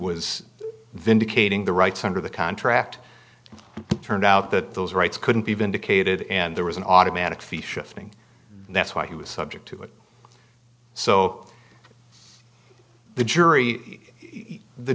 was vindicating the rights under the contract turned out that those rights couldn't be vindicated and there was an automatic fee shifting that's why he was subject to it so the jury the